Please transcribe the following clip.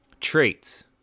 traits